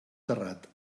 terrat